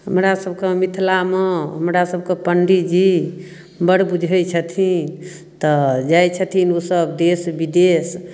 हमरासभके मिथिलामे हमरासभके पण्डीजी बड़ बूझैत छथिन तऽ जाइत छथिन ओसभ देश विदेश